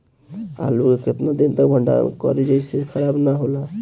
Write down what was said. आलू के केतना दिन तक भंडारण करी जेसे खराब होएला?